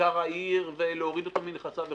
בכיכר העיר ולהוריד אותו מנכסיו וכולי,